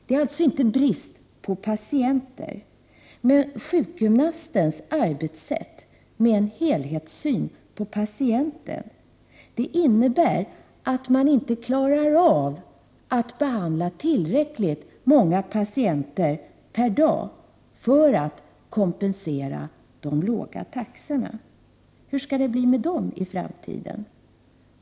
Det råder ingen brist på patienter. Men sjukgymnastens arbetssätt med en helhetssyn på patienten medför att det inte går att behandla tillräckligt många patienter per dag för att kompensera de låga taxorna. Hur skall det bli med sjukgymnasterna i framtiden?